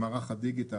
למערך הדיגיטל,